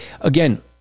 again